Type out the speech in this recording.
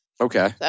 Okay